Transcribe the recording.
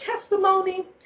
testimony